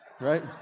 Right